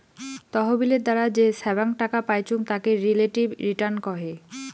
তহবিলের দ্বারা যে ছাব্যাং টাকা পাইচুঙ তাকে রিলেটিভ রিটার্ন কহে